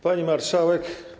Pani Marszałek!